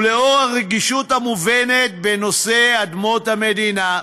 ולנוכח הרגישות המובנת בנושא אדמות המדינה,